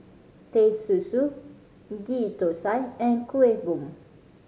Teh Susu Ghee Thosai and Kuih Bom